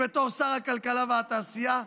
בתור שר הכלכלה והתעשייה,